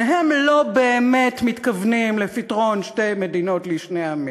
שניהם לא באמת מתכוונים לפתרון שתי מדינות לשני עמים,